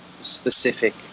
specific